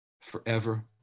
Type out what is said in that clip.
forever